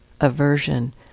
aversion